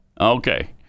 Okay